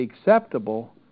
acceptable